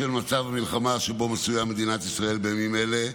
בשל מצב המלחמה שבו מצויה מדינת ישראל בימים אלה,